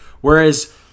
whereas